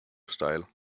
style